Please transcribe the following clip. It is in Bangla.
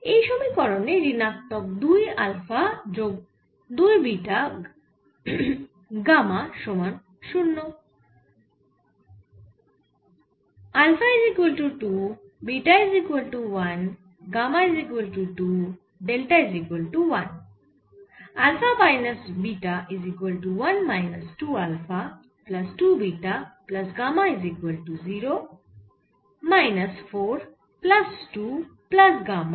এই সমীকরণে ঋণাত্মক 2 আলফা যোগ 2 বিটা গামা সমান 0